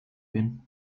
bien